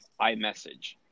iMessage